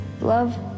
Love